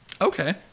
Okay